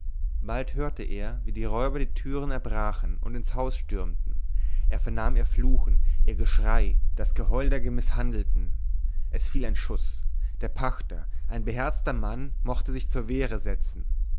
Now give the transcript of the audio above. bald hörte er wie die räuber die türen erbrachen und ins haus stürmten er vernahm ihr fluchen ihr geschrei das geheul der gemißhandelten es fiel ein schuß der pachter ein beherzter mann mochte sich zur wehre setzen